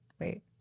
wait